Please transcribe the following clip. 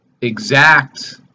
exact